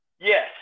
Yes